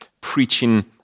preaching